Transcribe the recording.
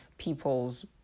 people's